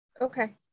Okay